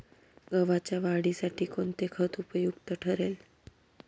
गव्हाच्या वाढीसाठी कोणते खत उपयुक्त ठरेल?